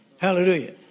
Hallelujah